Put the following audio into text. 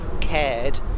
cared